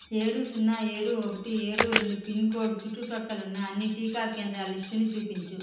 ఏడు సున్నా ఏడు ఒకటి ఏడు రెండు పిన్కోడ్ చుట్టు ప్రక్కలున్న అన్ని టీకా కేంద్రాల లిస్టుని చూపించు